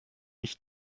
ich